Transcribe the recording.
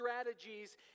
strategies